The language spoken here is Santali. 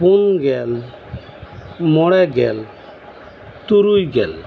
ᱯᱩᱱ ᱜᱮᱞ ᱢᱚᱬᱮ ᱜᱮᱞ ᱛᱩᱨᱩᱭ ᱜᱮᱞ